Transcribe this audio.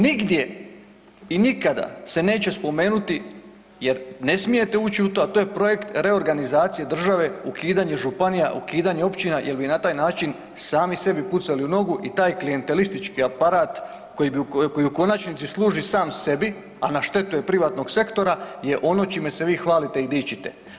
Nigdje i nikada se neće spomenuti jer ne smijete ući u to a to je projekt reorganizacije države, ukidanje županije, ukidanje općina jer bi na taj način sami sebi pucali u nogu i taj klijentelistički aparat koji u konačnici služi sam sebi, a na štetu je privatnog sektora je ono čime se vi hvalite i dičite.